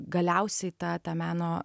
galiausiai ta ta meno